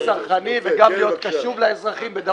תיקון צרכני, וגם חשוב לאזרחים.